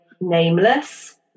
nameless